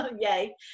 Yay